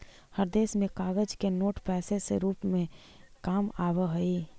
हर देश में कागज के नोट पैसे से रूप में काम आवा हई